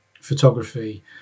photography